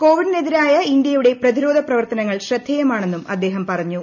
കോവിഡിനെതിരായ ഇന്ത്യയുടെ പ്രതിരോധ പ്രവർത്തനങ്ങൾ ശ്രദ്ധേയമാണെന്നും അദ്ദേഹം പറഞ്ഞു